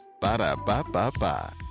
Ba-da-ba-ba-ba